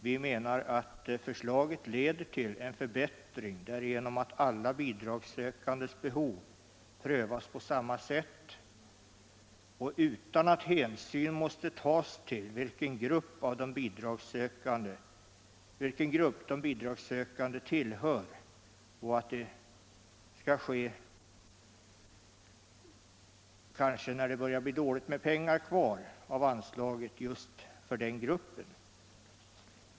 Vi menar att förslaget leder till en förbättring därigenom att alla bidragssökandes behov prövas på samma sätt utan att hänsyn måste tas till vilken grupp de bidragssökande tillhör, kanske när det börjar bli dåligt med pengar kvar av anslaget för just den gruppen.